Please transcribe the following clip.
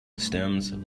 stems